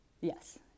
Yes